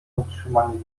utrzymanie